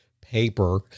paper